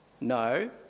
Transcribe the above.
No